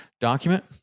document